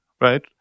right